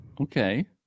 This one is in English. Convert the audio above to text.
Okay